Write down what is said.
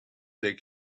take